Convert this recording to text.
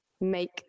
make